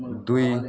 ଦୁଇ